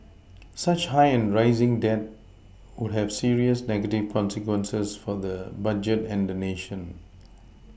such high and rising debt would have serious negative consequences for the budget and the nation